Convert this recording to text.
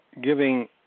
giving –